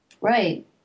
Right